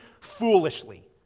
foolishly